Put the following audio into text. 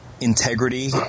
integrity